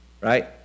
right